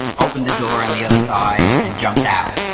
opened the door on the other side and jumped out